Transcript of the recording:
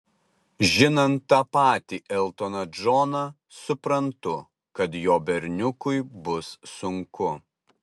žinant tą patį eltoną džoną suprantu kad jo berniukui bus sunku